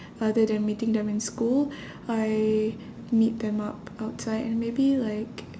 other than meeting them in school I meet them up outside and maybe like